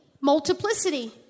multiplicity